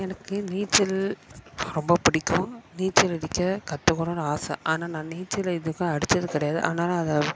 எனக்கு நீச்சல் ரொம்ப பிடிக்கும் நீச்சல் அடிக்க கத்துக்கணுன்னு ஆசை ஆனால் நான் நீச்சல் எதுக்கும் அடித்தது கிடையாது ஆனாலும் அதை